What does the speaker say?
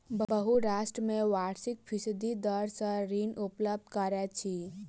बहुत राष्ट्र में वार्षिक फीसदी दर सॅ ऋण उपलब्ध करैत अछि